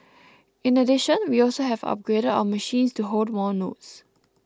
in addition we also have upgraded our machines to hold more notes